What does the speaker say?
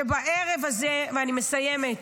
שבערב הזה, ואני מסיימת,